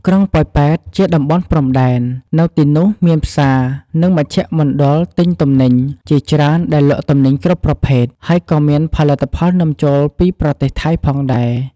ក្រុងប៉ោយប៉ែតជាតំបន់ព្រំដែន នៅទីនោះមានផ្សារ និង មជ្ឈមណ្ឌលទិញទំនិញជាច្រើនដែលលក់ទំនិញគ្រប់ប្រភេទ ហើយក៏មានផលិតផលនាំចូលពីប្រទេសថៃផងដែរ។